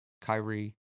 Kyrie